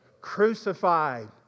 crucified